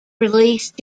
released